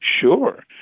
Sure